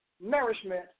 nourishment